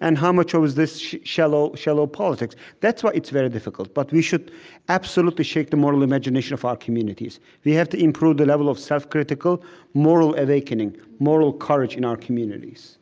and how much of is this shallow shallow politics? that's why it's very difficult, but we should absolutely shake the moral imagination of our communities. we have to improve the level of self-critical moral awakening, moral courage, in our communities